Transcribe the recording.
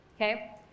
okay